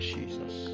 Jesus